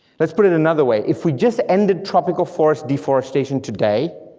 let's put it another way, if we just ended tropical forest deforestation today,